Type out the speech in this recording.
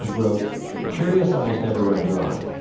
wrote curious eyes never run dry.